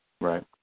Right